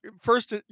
first